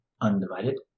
Undivided